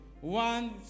One